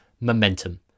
momentum